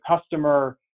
customer